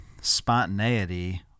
spontaneity